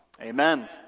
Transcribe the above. Amen